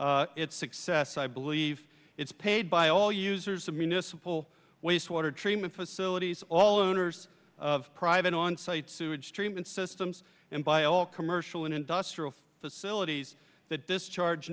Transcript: to its success i believe it's paid by all users of municipal waste water treatment facilities all owners of private on site sewage treatment systems and by all commercial and industrial facilities that discharge